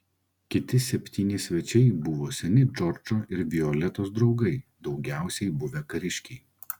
kiti septyni svečiai buvo seni džordžo ir violetos draugai daugiausiai buvę kariškiai